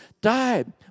died